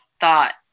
thought